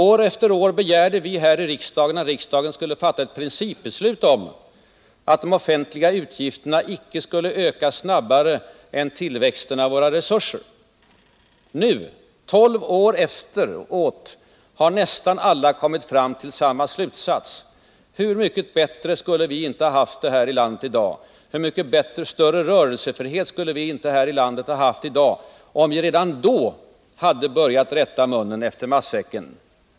År efter år begärde vi att riksdagen skulle fatta principbeslut om att de offentliga utgifterna icke skulle öka snabbare än tillväxten av våra resurser. Nu, tolv år efteråt, har nästan alla kommit fram till samma slutsats. Hur mycket bättre skulle vi inte ha haft det, och hur mycket större rörelsefrihet skulle vi inte ha haft här i landet i dag, om vi redan då hade börjat rätta munnen efter matsäcken?